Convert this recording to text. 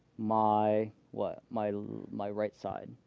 my what? my my right side.